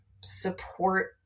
support